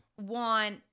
want